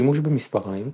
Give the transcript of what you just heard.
שימוש במספריים,